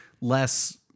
less